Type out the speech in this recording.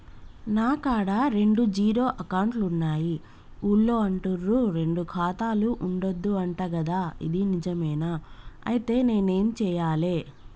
నా కాడా రెండు జీరో అకౌంట్లున్నాయి ఊళ్ళో అంటుర్రు రెండు ఖాతాలు ఉండద్దు అంట గదా ఇది నిజమేనా? ఐతే నేనేం చేయాలే?